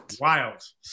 Wild